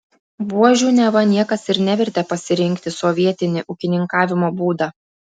buožių neva niekas ir nevertė pasirinkti sovietini ūkininkavimo būdą